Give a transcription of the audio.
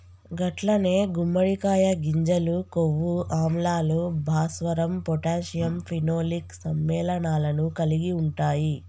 గట్లనే గుమ్మడికాయ గింజలు కొవ్వు ఆమ్లాలు, భాస్వరం పొటాషియం ఫినోలిక్ సమ్మెళనాలను కలిగి ఉంటాయి